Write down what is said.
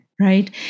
Right